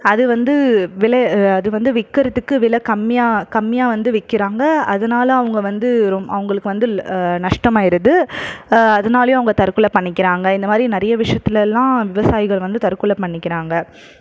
அது வந்து விலை அது வந்து விற்கிறதுக்கு விலை கம்மியாக கம்மியாக வந்து விற்கிறாங்க அதனால அவங்க வந்து ரொம் அவங்களுக்கு வந்து நஷ்டமாயிடுது அதனாலையும் அவங்க தற்கொலை பண்ணிக்கிறாங்க இந்த மாதிரி நிறையா விஷயத்துலயெல்லாம் விவசாயிகள் வந்து தற்கொலை பண்ணிக்கிறாங்க